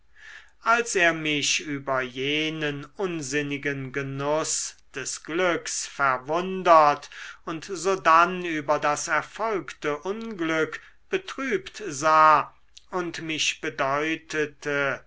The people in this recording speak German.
als er mich über jenen unsinnigen genuß des glücks verwundert und sodann über das erfolgte unglück betrübt sah und mich bedeutete